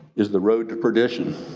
is the road to perdition,